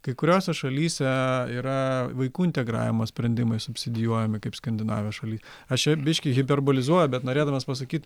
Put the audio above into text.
kai kuriose šalyse yra vaikų integravimo sprendimai subsidijuojami kaip skandinavijos šaly aš čia biškį hiperbolizuoju bet norėdamas pasakyt